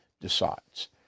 decides